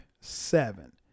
seven